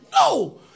No